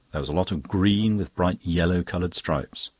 there was a lot of green with bright yellow-coloured stripes.